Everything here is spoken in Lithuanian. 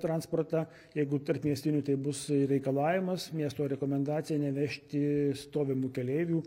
transportą jeigu tarpmiestinių tai bus reikalavimas miesto rekomendacija nevežti stovimų keleivių